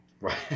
right